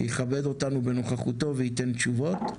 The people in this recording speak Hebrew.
שיכבד אותנו בנוכחותו וייתן תשובות.